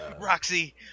Roxy